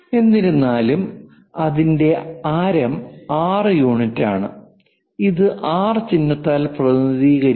എന്നിരുന്നാലും അതിന്റെ ആരം 6 യൂണിറ്റാണ് ഇത് R ചിഹ്നത്താൽ പ്രതിനിധീകരിക്കുന്നു